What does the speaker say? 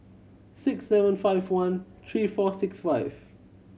six seven five one three four six five